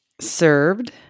Served